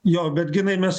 jo bet ginai mes